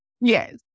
Yes